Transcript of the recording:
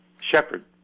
Shepard